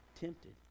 tempted